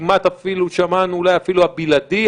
כמעט אפילו שמענו אולי הבלעדי,